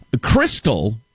Crystal